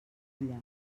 olla